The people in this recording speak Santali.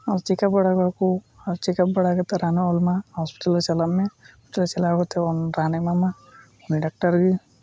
ᱟᱨ ᱪᱮᱠᱟᱯ ᱵᱟᱲᱟ ᱠᱚᱣᱟ ᱠᱚ ᱟᱨ ᱪᱮᱠᱟᱯ ᱵᱟᱲᱟ ᱠᱟᱛᱮᱫ ᱨᱟᱱᱮ ᱚᱞᱟᱢᱟ ᱦᱚᱸᱥᱯᱤᱴᱟᱞ ᱨᱮ ᱪᱟᱞᱟᱜ ᱢᱮ ᱦᱚᱸᱥᱯᱤᱴᱟᱞ ᱨᱮ ᱪᱟᱞᱟᱣ ᱠᱟᱛᱮᱫ ᱨᱟᱱᱮ ᱮᱢᱟᱢᱟ ᱩᱱᱤ ᱰᱟᱠᱴᱟᱨ ᱜᱤ